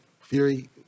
Fury